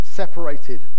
separated